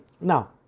Now